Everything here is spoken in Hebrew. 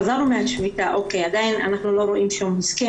חזרנו מהשביתה אבל עדיין לא ראינו שום הסכם